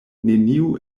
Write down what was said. neniu